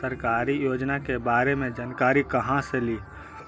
सरकारी योजना के बारे मे जानकारी कहा से ली?